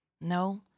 No